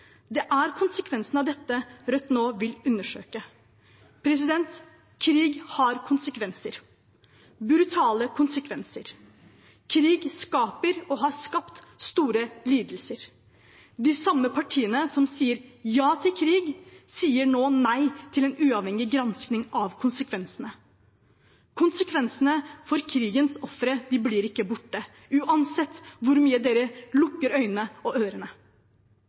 Det er konsekvensene av dette Rødt nå vil undersøke. Krig har konsekvenser, brutale konsekvenser. Krig skaper og har skapt store lidelser. De samme partiene som sier ja til krig, sier nå nei til en uavhengig gransking av konsekvensene. Konsekvensene for krigens ofre blir ikke borte, uansett hvor mye man lukker øynene og ørene.